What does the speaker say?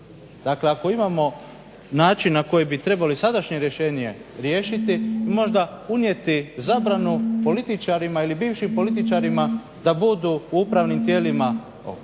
Dakle ako imamo način na koji bi trebali sadašnje rješenje riješiti možda unijeti zabranu političarima ili bivšim političarima da budu u upravnim tijelima